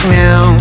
now